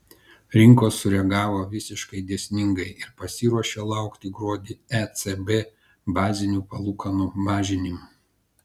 rinkos sureagavo visiškai dėsningai ir pasiruošė laukti gruodį ecb bazinių palūkanų mažinimo